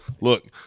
Look